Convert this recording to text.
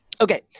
okay